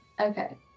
Okay